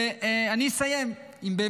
ואני אסיים עם,